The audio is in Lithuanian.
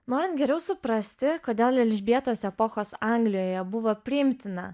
norint geriau suprasti kodėl elžbietos epochos anglijoje buvo priimtina